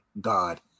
God